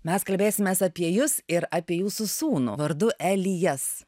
mes kalbėsimės apie jus ir apie jūsų sūnų vardu elijas